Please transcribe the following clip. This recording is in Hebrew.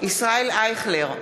ישראל אייכלר,